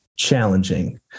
challenging